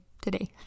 today